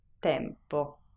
tempo